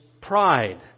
pride